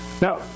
Now